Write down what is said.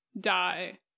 die